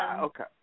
Okay